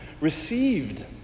received